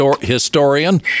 historian